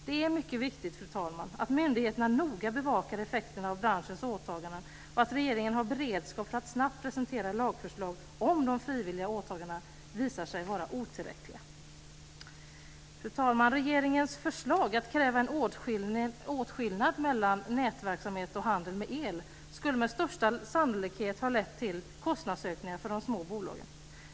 Det är mycket viktigt att myndigheterna noga bevakar effekterna av branschens åtaganden och att regeringen har beredskap för att snabbt presentera lagförslag om de frivilliga åtagandena visar sig vara otillräckliga. Regeringens förslag att kräva en åtskillnad mellan nätverksamhet och handel med el skulle med största sannolikhet ha lett till kostnadsökningar för de små bolagen.